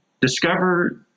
Discover